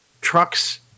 trucks